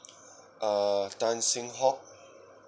uh tan seng hock